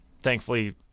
thankfully